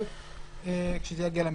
אבל זה יהיה רלוונטי כשזה יגיע למליאה.